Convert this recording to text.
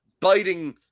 biting